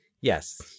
Yes